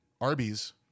arby's